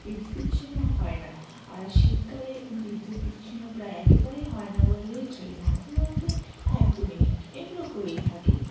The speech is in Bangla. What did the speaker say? বিদ্যুৎ বিচ্ছিন্ন হয় না আর শীতকালে বিদ্যুৎ বিচ্ছিন্ন প্রায় একেবারেই হয় না বললেই চলে মাঝেমধ্যে এক দু মিনিট এগুলো হয়েই থাকে